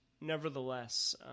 nevertheless